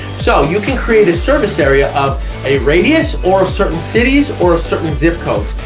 so you can create a service area of a radius, or certain cities, or a certain zip code,